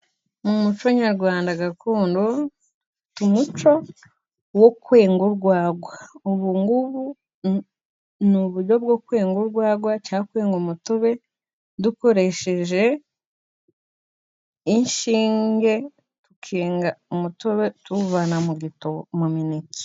Mu muco nyarwanda gakondo, umuco wo kwenga urwagwa, ubu ngubu ni uburyo bwo kwenga urwagwa cyangwa kwenga umutube, dukoresheje inshinge tukenga umutobe tuwuvana mu mineke.